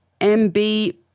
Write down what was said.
MB